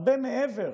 הרבה מעבר